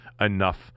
enough